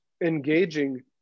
engaging